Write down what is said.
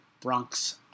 Bronx